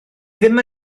ddim